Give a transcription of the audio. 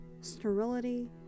sterility